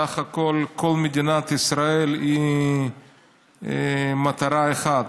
סך הכול כל מדינת ישראל היא מטרה אחת.